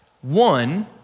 one